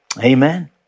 Amen